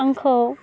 आंखौ